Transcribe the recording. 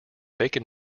bacon